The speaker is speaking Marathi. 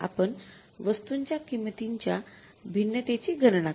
आपण वस्तूंच्या किंमतींच्या भिन्नतेची गणना करू